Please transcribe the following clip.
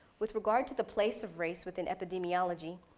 with regard to the place of race within epidemiology,